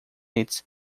its